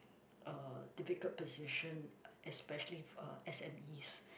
uh difficult position especially uh S_M_Es